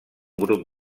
grup